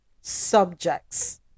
subjects